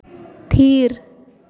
ᱛᱷᱤᱨ